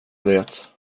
det